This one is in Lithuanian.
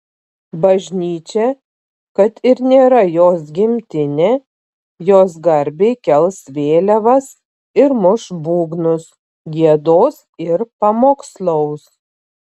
bažnyčia kad ir nėra jos gimtinė jos garbei kels vėliavas ir muš būgnus giedos ir pamokslaus